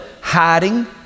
hiding